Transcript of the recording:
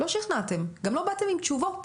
לא שכנעתם וגם לא באתם עם תשובות